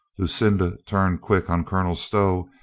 lucinda turned quick on colonel stow,